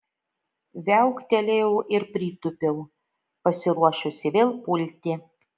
viauktelėjau ir pritūpiau pasiruošusi vėl pulti